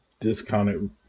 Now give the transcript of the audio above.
discounted